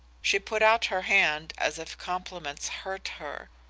she put out her hand as if compliments hurt her.